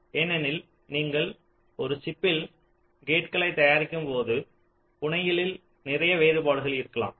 ஏனெனில் நீங்கள் ஒரு சிப்பில் கேட்களைத் தயாரிக்கும்போது புனையலில் நிறைய வேறுபாடுகள் இருக்கலாம்